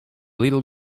little